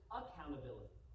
accountability